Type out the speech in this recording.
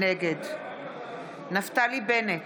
נגד נפתלי בנט,